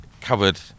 covered